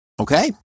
Okay